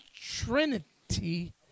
Trinity